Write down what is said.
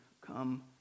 come